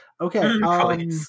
Okay